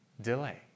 delay